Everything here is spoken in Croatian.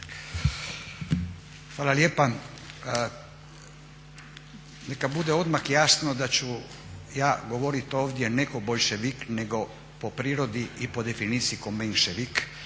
Hvala lijepa. Neka bude odmah jasno da ću ja govoriti ovdje ne ko boljševik nego po prirodi i definiciji ko menševik,